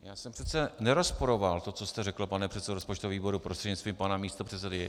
Já jsem přece nerozporoval to, co jste řekl, pane předsedo rozpočtového výboru prostřednictvím pana místopředsedy.